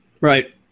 Right